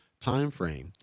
Timeframe